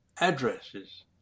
addresses